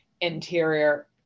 interior